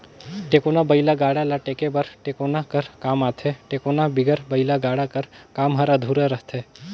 टेकोना बइला गाड़ा ल टेके बर टेकोना कर काम आथे, टेकोना बिगर बइला गाड़ा कर काम हर अधुरा रहथे